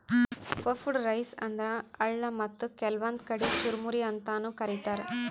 puffed rice ಅಂದ್ರ ಅಳ್ಳ ಮತ್ತ್ ಕೆಲ್ವನ್ದ್ ಕಡಿ ಚುರಮುರಿ ಅಂತಾನೂ ಕರಿತಾರ್